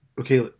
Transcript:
okay